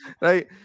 Right